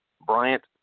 bryant